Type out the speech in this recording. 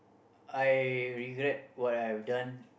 I regret what I have done